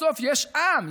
בסוף יש עם,